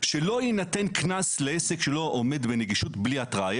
מבקשים שלא יינתן קנס לעסק שלא עומד בנגישות בלי התראה.